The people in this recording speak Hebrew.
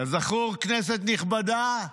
כזכור, כנסת נכבדה,